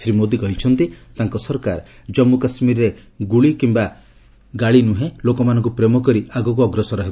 ଶ୍ରୀ ମୋଦି କହିଛନ୍ତି ତାଙ୍କ ସରକାର ଜନ୍ମୁ କାଶ୍ମୀରରେ ଗାଳି କିୟା ଗୁଳି ନୁହେଁ ଲୋକମାନଙ୍କୁ ପ୍ରେମ କରି ଆଗକୁ ଅଗ୍ରସର ହେବ